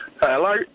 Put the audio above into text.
Hello